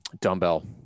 Dumbbell